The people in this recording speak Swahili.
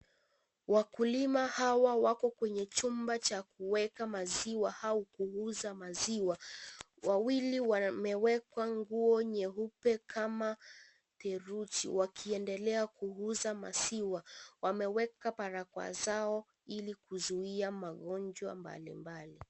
Wakulima hawa wako kwenye chumba cha kuweka maziwa au kuuza maziwa. Wawili wameweka nguo nyeupe kama theluji wakiendela kuuza maziwa. Wameweka barakoa zao ili kuzuia magonjwa mbalimbali.